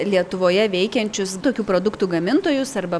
lietuvoje veikiančius tokių produktų gamintojus arba